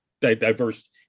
diverse